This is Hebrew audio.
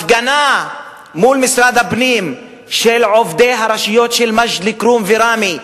הפגנה מול משרד הפנים של עובדי הרשויות של מג'ד-אל-כרום וראמה,